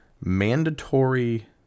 mandatory